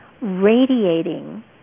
radiating